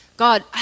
God